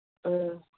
ꯑ